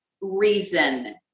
reason